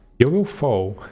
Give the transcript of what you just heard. you will fall,